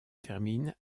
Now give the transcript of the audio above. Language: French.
termine